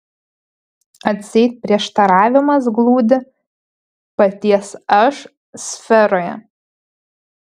atseit prieštaravimas glūdi paties aš sferoje